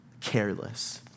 careless